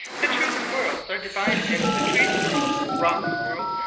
the true squirrels are divided into the tree squirrels, rock squirrels,